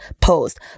post